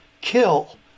kill